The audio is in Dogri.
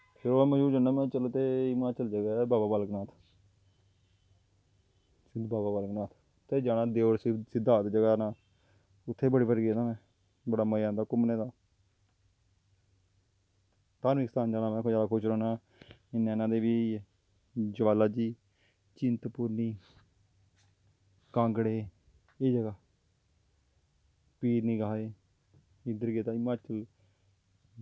फिर ओह्दे में जन्नां ते हिमाचल जगह् ऐ बाबा बालकनाथ सिद्ध बाबा बालकनाथ ते उत्थें जाना सिद्धा जाना उत्थें बड़े बारी गेदा ऐं में बड़ा मज़ा आंदा ऐ घूमने दा धार्मक स्थान जाने गी में जादा खुश रौह्न्ना जियां नैना देवी होई गेई ज्वाला जी चिंतपूर्णी कांगड़े एह् जगह् पीर निगाहे इद्धर गेदा हिमाचल